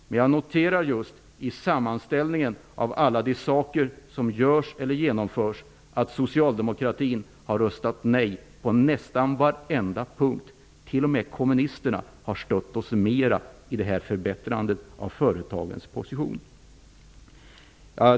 När jag ser till sammanställningen av allt som görs eller genomförs noterar jag att Socialdemokraterna har röstat nej på nästan varenda punkt. T.o.m. kommunisterna har stött oss mera i förbättrandet av företagens position.